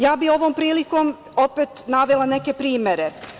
Ja bih ovom prilikom opet navela neke primere.